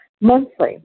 monthly